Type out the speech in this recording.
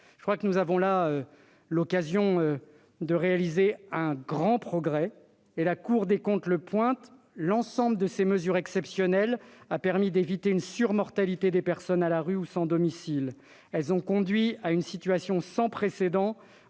2017. Nous avons là l'occasion de réaliser un grand progrès. La Cour des comptes le souligne :« L'ensemble de ces mesures exceptionnelles a permis d'éviter une surmortalité des personnes à la rue ou sans domicile. Elles ont conduit à une situation sans précédent,